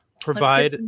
provide